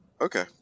Okay